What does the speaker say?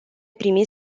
primi